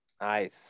Nice